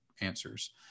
answers